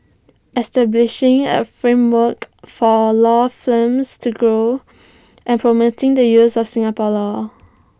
establishing A framework for law firms to grow and promoting the use of Singapore law